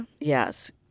Yes